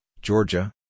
Georgia